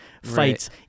fights